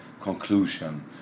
conclusion